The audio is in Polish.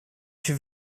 się